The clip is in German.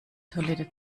toilette